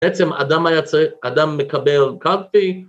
בעצם אדם היה צריך, מקבל קלפי